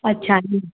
अच्छा ईअं